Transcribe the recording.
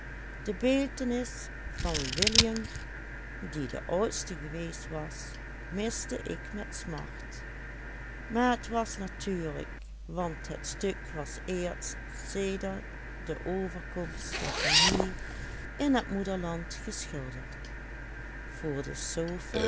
de oudste geweest was miste ik met smart maar het was natuurlijk want het stuk was eerst sedert de overkomst der familie in het moederland geschilderd voor de